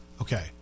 Okay